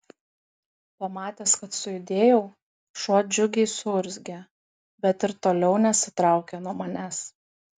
pamatęs kad sujudėjau šuo džiugiai suurzgė bet ir toliau nesitraukė nuo manęs